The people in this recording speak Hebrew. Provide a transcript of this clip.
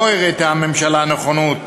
לא הראתה הממשלה נכונות